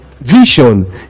vision